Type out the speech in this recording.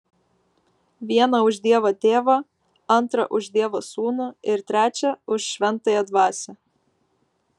vieną už dievą tėvą antrą už dievą sūnų ir trečią už šventąją dvasią